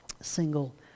single